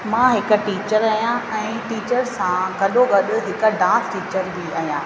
मां हिकु टीचर आहियां ऐं टीचर सां गॾोगॾु हिकु डांस टीचर बि आहियां